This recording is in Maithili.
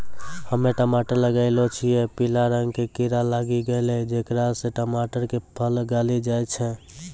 हम्मे टमाटर लगैलो छियै पीला रंग के कीड़ा लागी गैलै जेकरा से टमाटर के फल गली जाय छै?